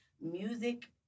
music